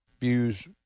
views